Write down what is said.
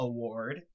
Award